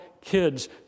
kids